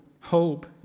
hope